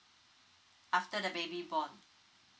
after the baby born